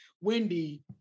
Wendy